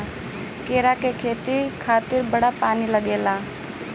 केरा के खेती खातिर बड़ा पानी लागेला